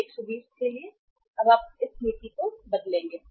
तो 120 के लिए जब आप अब हम इस नीति को बदलेंगे